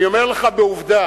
אני אומר לך בעובדה.